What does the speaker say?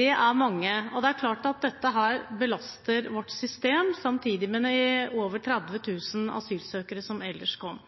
Det er mange. Det er klart at dette belaster vårt system, samtidig med de over 30 000 asylsøkere som ellers kom.